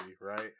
right